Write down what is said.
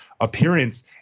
appearance